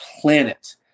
planet